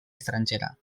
estrangera